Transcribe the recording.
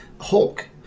Hulk